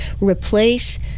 replace